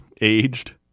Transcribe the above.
aged